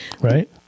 Right